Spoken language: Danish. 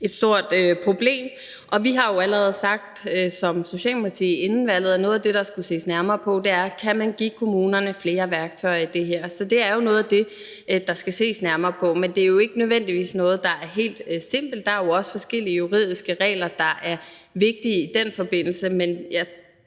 et stort problem. Socialdemokratiet sagde allerede inden valget, at noget af det, der skulle ses nærmere på, er, om man kan give kommunerne flere værktøjer til det her. Så det er jo noget af det, der skal ses nærmere på. Men det er ikke nødvendigvis noget, der er helt enkelt. Der er jo også forskellige juridiske regler, der er vigtige i den forbindelse, men jeg